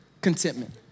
contentment